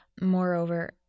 moreover